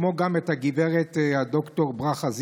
כמו גם את הגב' ד"ר ברכה זיסר,